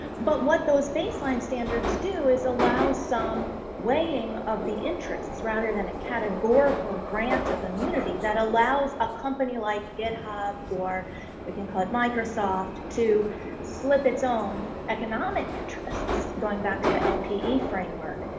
but what those baseline standards do is allow some weighing of the interests rather than a categorical grant of immunity that allows a company like github, or we can call it microsoft, to slip its own economic interests going back to the lpe yeah framework,